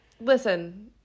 Listen